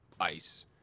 ice